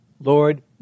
Lord